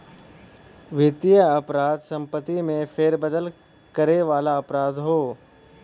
वित्तीय अपराध संपत्ति में फेरबदल करे वाला अपराध हौ